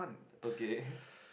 okay